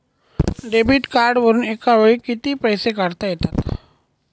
Debit कार्डवरुन एका वेळी किती पैसे काढता येतात?